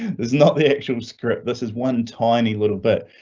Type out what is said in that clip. is not the actual script. this is one tiny little bit.